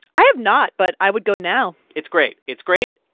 i have not. but i would go now it's great. it's great.